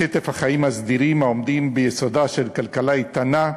בשטף החיים הסדירים העומדים ביסודה של כלכלה איתנה,